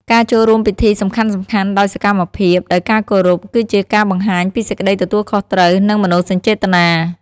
ការចូលរួមពិធីសំខាន់ៗដោយសកម្មភាព ដោយការគោរព គឺជាការបង្ហាញពីសេចក្ដីទទួលខុសត្រូវ និងមនោសញ្ចេតនា។